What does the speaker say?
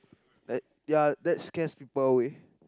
that ya that scares people away